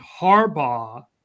Harbaugh